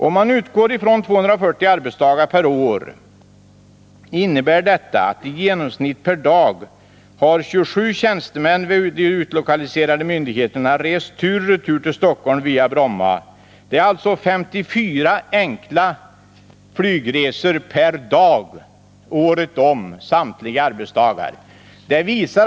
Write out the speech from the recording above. Om man utgår från 240 arbetsdagar per år innebär detta att i genomsnitt per dag har 27 tjänstemän vid utlokaliserade myndigheter rest tur och retur till Stockholm via Bromma flygplats.” Det blir 54 enkla flygresor samtliga arbetsdagar året om.